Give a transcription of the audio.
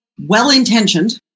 well-intentioned